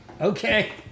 Okay